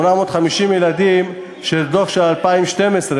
מהדוח של 2012,